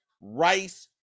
Rice